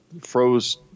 froze